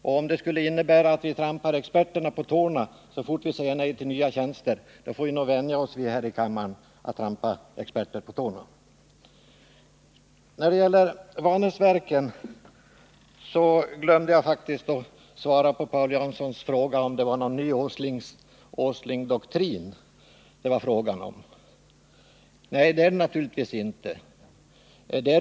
Skulle det innebära att vi trampar experter på tårna så fort vi säger nej till nya tjänster, får vi nog vänja oss vid här i kammaren att trampa experter på tårna. Beträffande Vanäsverken måste jag säga att jag faktiskt glömde att svara på Paul Janssons fråga, om det gäller någon ny Åslingdoktrin. Det gör det naturligtvis inte.